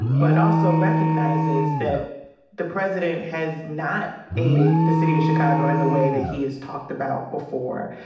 but also recognizes that the president has not aided the city of chicago in the way that he has talked about before.